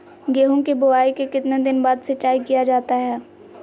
गेंहू की बोआई के कितने दिन बाद सिंचाई किया जाता है?